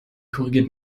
korrigiert